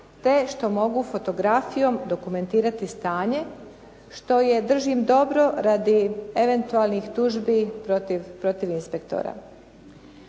te što mogu fotografijom dokumentirati stanje što je držim dobro radi eventualnih tužbi protiv inspektora.